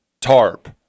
tarp